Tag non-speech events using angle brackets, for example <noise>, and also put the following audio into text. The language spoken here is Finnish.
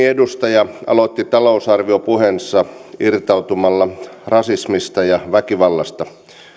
<unintelligible> edustaja aloitti talousarviopuheensa irtautumalla rasismista ja väkivallasta